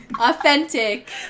authentic